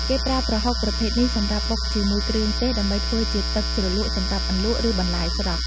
គេប្រើប្រហុកប្រភេទនេះសម្រាប់ បុកជាមួយគ្រឿងទេស ដើម្បីធ្វើជាទឹកជ្រលក់សម្រាប់អន្លក់ ឬបន្លែស្រស់។